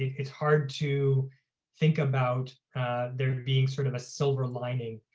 it's hard to think about there being sort of a silver lining,